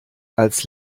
als